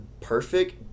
perfect